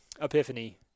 epiphany